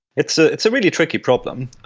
it's ah it's a really tricky problem.